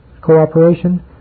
cooperation